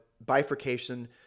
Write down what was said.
bifurcation